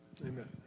Amen